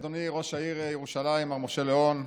אדוני ראש העיר ירושלים מר משה ליאון,